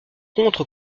contre